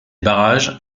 barrages